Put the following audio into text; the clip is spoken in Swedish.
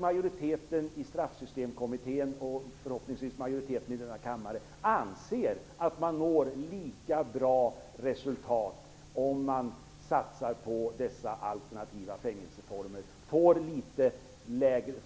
Majoriteten i Straffsystemkommittén och förhoppningsvis även majoriteten i denna kammare anser att man når lika bra resultat om man satsar på dessa alternativa fängelseformer och